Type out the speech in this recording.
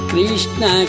Krishna